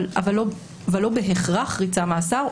אבל לא בהכרח ריצה מאסר,